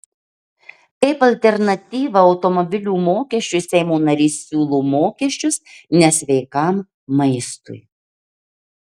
kaip alternatyvą automobilių mokesčiui seimo narys siūlo mokesčius nesveikam maistui